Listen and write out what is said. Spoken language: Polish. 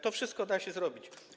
To wszystko da się zrobić.